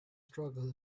struggle